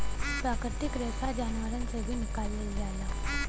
प्राकृतिक रेसा जानवरन से भी निकालल जाला